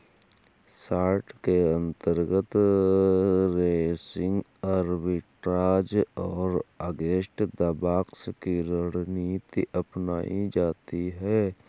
short के अंतर्गत racing arbitrage और अगेंस्ट द बॉक्स की रणनीति अपनाई जाती है